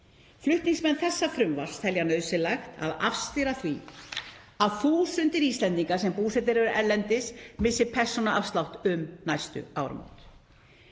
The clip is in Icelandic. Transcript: Flutningsmenn þessa frumvarps telja nauðsynlegt að afstýra því að þúsundir Íslendinga sem búsettir eru erlendis missi persónuafslátt um næstu áramót.